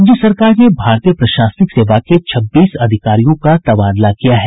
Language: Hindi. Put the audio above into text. राज्य सरकार ने भारतीय प्रशासनिक सेवा के छब्बीस अधिकारियों का तबादला किया है